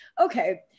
okay